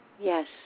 Yes